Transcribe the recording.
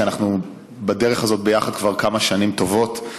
כי אנחנו בדרך הזאת ביחד כבר כמה שנים טובות.